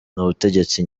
butegetsi